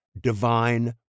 divine